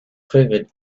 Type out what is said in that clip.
quivered